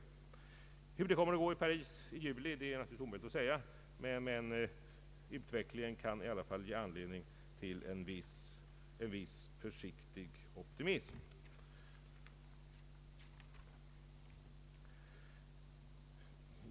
Hur det kommer att gå i Paris i juli är naturligtvis omöjligt att förutsäga, men utvecklingen kan i alla fall ge anledning till en viss försiktig optimism.